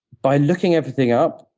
by looking everything up,